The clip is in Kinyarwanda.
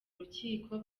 rukiko